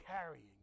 carrying